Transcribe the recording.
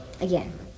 Again